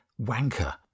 wanker